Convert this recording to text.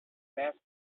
basque